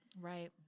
right